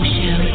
Show